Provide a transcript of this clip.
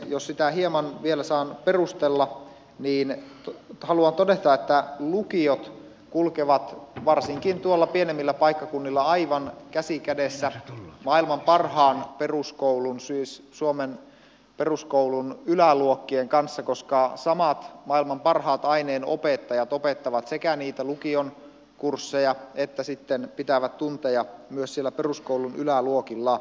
jos sitä hieman vielä saan perustella niin haluan todeta että lukiot kulkevat varsinkin tuolla pienemmillä paikkakunnilla aivan käsi kädessä maailman parhaan peruskoulun siis suomen peruskoulun yläluokkien kanssa koska samat maailman parhaat aineenopettajat opettavat sekä niitä lukion kursseja että sitten pitävät tunteja myös siellä peruskoulun yläluokilla